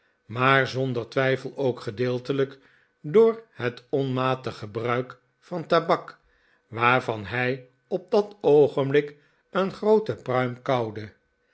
maar zonder twijfel ook gedeeltelijk door het onmatig gebruik van tabak waarvan hij op dat oogenblik een groote pruim kauwde